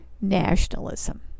nationalism